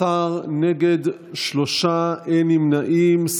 17, נגד, שלושה, אין נמנעים.